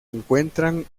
encuentran